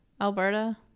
Alberta